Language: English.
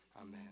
Amen